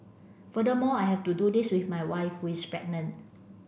furthermore I have to do this with my wife who is pregnant